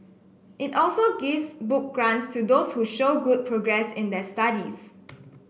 it also gives book grants to those who show good progress in their studies